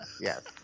Yes